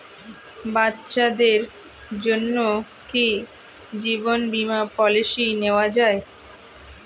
বাচ্চাদের জন্য কি জীবন বীমা পলিসি নেওয়া যায়?